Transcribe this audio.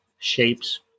shapes